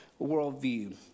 worldview